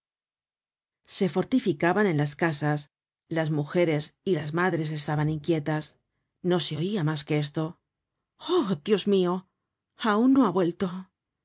se fortificaban en las casas las mujeres y las madres estaban inquietas no se oía mas que esto ah diosmio aun no ha vuelto